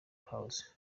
house